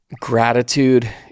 gratitude